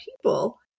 people